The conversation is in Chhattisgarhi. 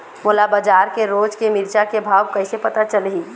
मोला बजार के रोज के मिरचा के भाव कइसे पता चलही?